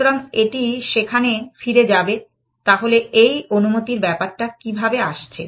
সুতরাং এটি সেখানে ফিরে যাবে তাহলে এই অনুমতির ব্যাপারটা কিভাবে আসছে